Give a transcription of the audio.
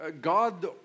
God